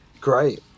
Great